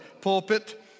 pulpit